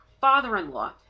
father-in-law